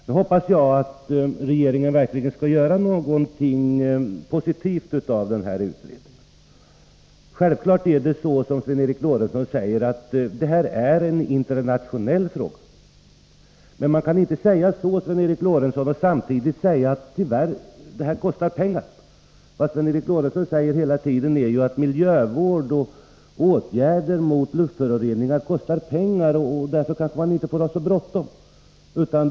Nu hoppas jag att regeringen verkligen skall göra något positivt av den här utredningen. Självklart är detta, som Sven Eric Lorentzon säger, en internationell fråga. Men man kan inte säga så, Sven Eric Lorentzon, och samtidigt säga: Tyvärr, det här kostar pengar. Sven Eric Lorentzon säger hela tiden att miljövård och åtgärder mot luftföroreningar kostar pengar och att man därför kanske inte får ha så bråttom.